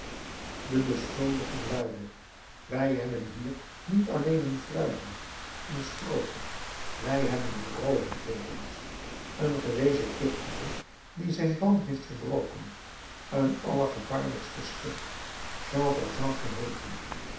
de beschuldiging luidde wij hebben hier niet alleen een fruitdief een strooper wij hebben een roover voor ons een gewezen tuchteling die zijn ban heeft verbroken een allergevaarlijkste schurk jean valjean geheeten